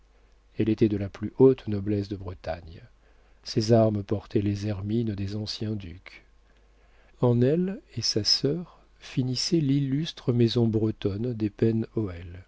elle était de la plus haute noblesse de bretagne ses armes portaient les hermines des anciens ducs en elle et sa sœur finissait l'illustre maison bretonne des